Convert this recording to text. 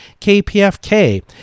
KPFK